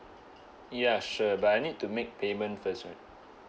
ya sure but I need to make payment first right